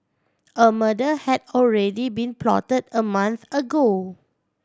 a murder had already been plot a month ago